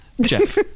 Jeff